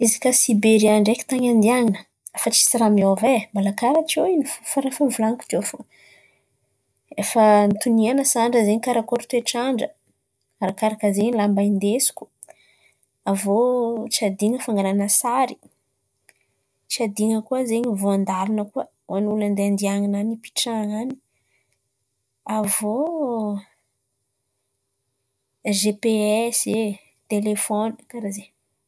Izy kà Siberia ndraiky tany andihan̈ana fa tsisy ràha miôva e, mbola kàra teo in̈y fo, efa nivolan̈iko teo in̈y. Efa an̈ontoniana sandra karakôry toetr'andra arakaraka zay lamba indesiko avy eô tsy adin̈a fangalan̈a sary. Tsy adin̈a koà zen̈y voan-dàlan̈a koà ho an'ny olo andeha andihan̈ana an̈y ipitrahan̈a any. Avy iô, ry GPS e, telefône, kàra zen̈y.